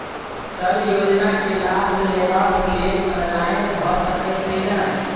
Sir योजना केँ लाभ लेबऽ लेल ऑनलाइन भऽ सकै छै नै?